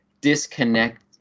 disconnect